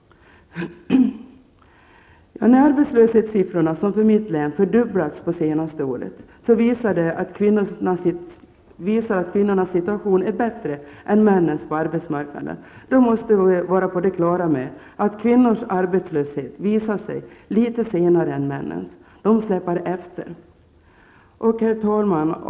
När arbetslöshetssiffrorna, som i mitt län, fördubblats under det senaste året och det verkar som om kvinnornas situation skulle vara bättre än männens på arbetsmarknaden, måste man vara på det klara med att kvinnors arbetslöshet visar sig litet senare än männens. Den släpar efter. Herr talman!